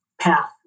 path